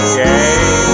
game